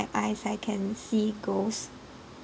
eyes I can see ghosts